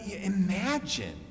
imagine